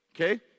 Okay